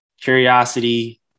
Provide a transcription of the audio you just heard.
Curiosity